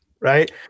right